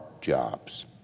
jobs